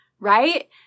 right